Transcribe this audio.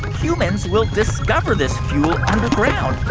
humans will discover this fuel underground.